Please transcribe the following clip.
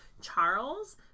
Charles